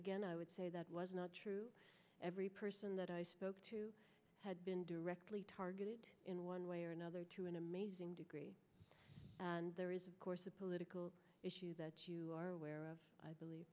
again i would say that was not true every person that i spoke to had been directly targeted in one way or another to an amazing degree and there is of course a political issue that you are aware of i believe